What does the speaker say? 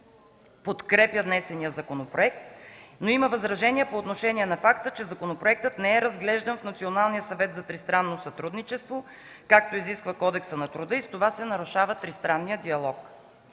подкрепя внесения законопроект, но има възражения по отношение на факта, че законопроектът не е разглеждан в Националния съвет за тристранно сътрудничество, както изисква Кодекса на труда, и с това се нарушава тристранният диалог.